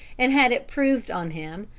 and had it proved on him,